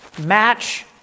match